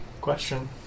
Question